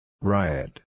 Riot